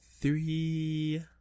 Three